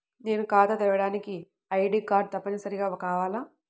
నేను ఖాతా తెరవడానికి ఐ.డీ కార్డు తప్పనిసారిగా కావాలా?